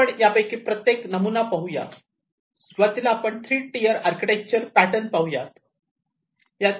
तर आपण यापैकी प्रत्येक नमुना पाहूया सुरुवातीला आपण थ्री टायर आर्किटेक्चर पॅटर्न पाहूयात